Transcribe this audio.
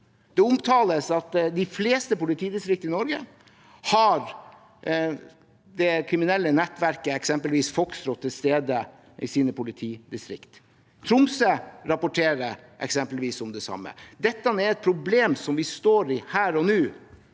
Det omtales at de fleste politidistrikt i Norge har det kriminelle nettverket Foxtrot til stede i sine politidistrikt. Tromsø rapporterer om det samme. Dette er et problem som vi står i her og nå,